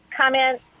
comment